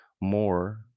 more